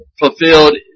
fulfilled